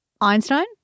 Einstein